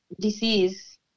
disease